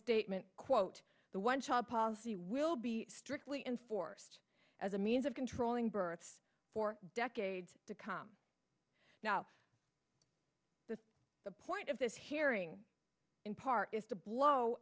statement quote the one child policy will be strictly enforced as a means of controlling births for decades to come now the point of this hearing in part is to blow